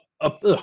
up